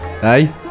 hey